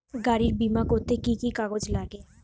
গাড়ীর বিমা করতে কি কি কাগজ লাগে?